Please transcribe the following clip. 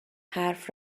حرف